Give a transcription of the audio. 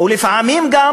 ולפעמים גם,